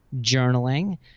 journaling